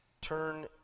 turn